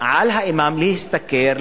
לכן על האימאם להשתכר,